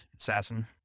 Assassin